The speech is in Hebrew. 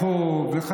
לחתולי הרחוב, תודה.